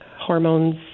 hormones